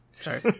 Sorry